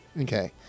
Okay